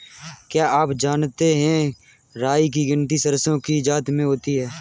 क्या आप जानते है राई की गिनती सरसों की जाति में होती है?